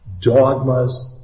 dogmas